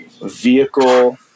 vehicle